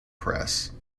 press